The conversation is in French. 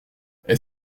est